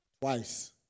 Twice